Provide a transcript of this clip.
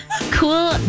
Cool